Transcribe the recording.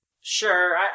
Sure